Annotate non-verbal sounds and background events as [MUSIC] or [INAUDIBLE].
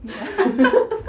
ya [LAUGHS]